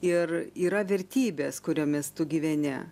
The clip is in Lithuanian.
ir yra vertybės kuriomis tu gyveni